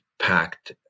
packed